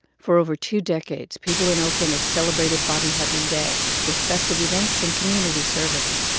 for over two decades, people in oakland have celebrated bobby hutton day with festive events and community service.